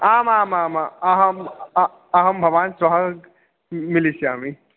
आम् आम् आम अहम् अहं भवान् श्वः मिलिष्यामि